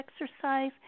exercise